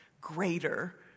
greater